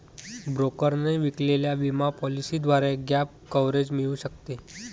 ब्रोकरने विकलेल्या विमा पॉलिसीद्वारे गॅप कव्हरेज मिळू शकते